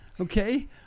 okay